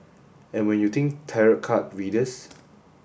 and when you think tarot card readers